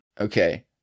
Okay